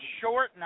short